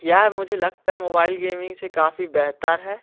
यह मुझे लगता मोबाइल गेमिंग से काफ़ी बेहतर है